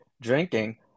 drinking